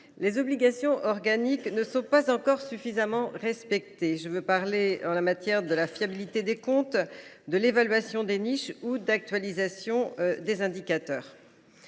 les obligations organiques ne sont pas encore suffisamment respectées, que ce soit en matière de fiabilité des comptes, d’évaluation des niches ou d’actualisation des indicateurs.